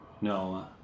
No